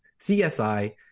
CSI